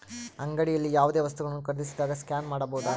ಅಂಗಡಿಯಲ್ಲಿ ಯಾವುದೇ ವಸ್ತುಗಳನ್ನು ಖರೇದಿಸಿದಾಗ ಸ್ಕ್ಯಾನ್ ಮಾಡಬಹುದಾ?